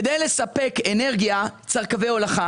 כדי לספק אנרגיה צריך קווי הולכה.